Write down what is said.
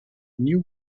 neil